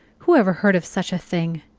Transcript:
who ever heard of such a thing!